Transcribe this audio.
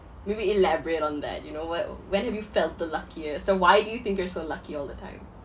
maybe elaborate on that you know what when have you felt the luckiest so why do you think you're so lucky all the time